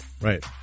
Right